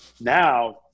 now